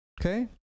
Okay